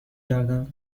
گردم